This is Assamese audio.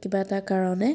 কিবা এটা কাৰণে